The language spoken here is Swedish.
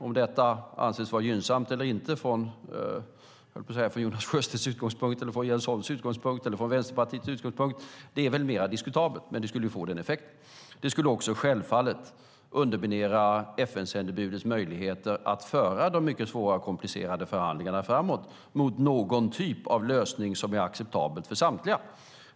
Om detta anses vara gynnsamt eller inte från Jonas Sjöstedts, Jens Holms eller Vänsterpartiets utgångspunkt är mer diskutabelt. Men det skulle få denna effekt. Det skulle självfallet också underminera FN-sändebudets möjligheter att föra de mycket svåra och komplicerade förhandlingarna framåt mot någon typ av lösning som är acceptabel för samtliga.